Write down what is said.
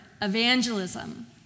evangelism